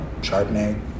Chardonnay